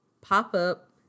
pop-up